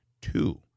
two